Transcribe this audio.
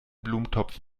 blumentopf